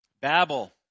Babel